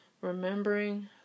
remembering